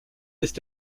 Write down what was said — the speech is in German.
ist